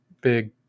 big